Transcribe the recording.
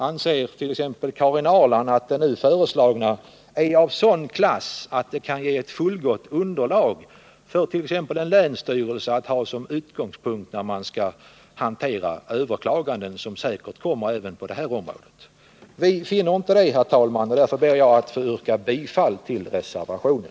Anser Karin Ahrland det nu föreslagna vara av sådan klass att det kan ge ett fullgott underlag för t.ex. en länsstyrelse att ha som utgångspunkt när man skall hantera överklaganden, som säkert kommer även på det här området? Vi finner inte det, herr talman, och därför ber jag att få yrka bifall till reservationen.